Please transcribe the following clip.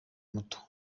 muto